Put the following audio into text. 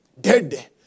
dead